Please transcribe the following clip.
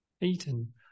eaten